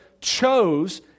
chose